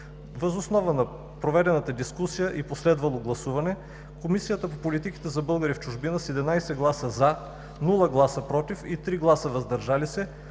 Въз основа на проведената дискусия и последвалото гласуване Комисията по политиките за българите в чужбина с 11 гласа „за“, без „против“ и 3 „въздържали се“